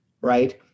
Right